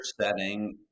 setting